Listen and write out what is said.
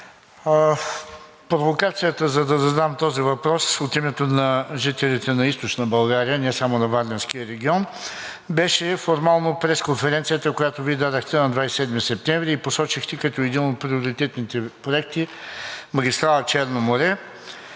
Провокацията да задам този въпрос от името на жителите на Източна България, не само на Варненския регион, беше формално пресконференцията, която Вие дадохте на 27 септември и посочихте като един от приоритетните проекти магистрала „Черно море“,